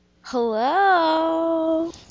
Hello